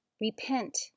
Repent